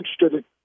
interested